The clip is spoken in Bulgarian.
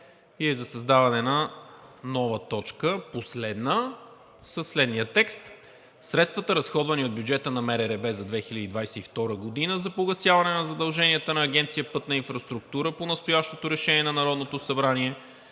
е за създаване на нова точка, последна, със следния текст: „Средствата, разходвани от бюджета на МРРБ за 2022 г. за погасяване на задълженията на Агенция „Пътна инфраструктура“ по настоящото решение на Народното събрание,